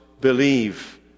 believe